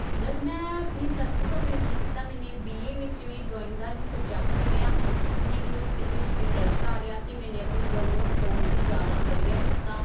ਜਦੋਂ ਮੈਂ ਆਪਣੀ ਪਲੱਸ ਟੂ ਕੰਪਲੀਟ ਕੀਤੀ ਤਾਂ ਮੈਨੇ ਬੀ ਏ ਵਿੱਚ ਵੀ ਡਰੋਇੰਗ ਦਾ ਹੀ ਸਬਜੈਕਟ ਚੁਣਿਆ ਕਿਉਂਕਿ ਮੈਨੂੰ ਇਸ ਵਿੱਚ ਇਨਟਰੱਸਟ ਆ ਗਿਆ ਸੀ ਮੈਨੇ ਆਪਣੀ ਡਰੋਇੰਗ ਨੂੰ ਹੋਰ ਵੀ ਜ਼ਿਆਦਾ ਵਧੀਆ ਕੀਤਾ